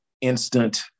instant